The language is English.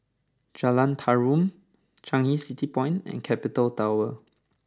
Jalan Tarum Changi City Point and Capital Tower